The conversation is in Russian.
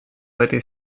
этой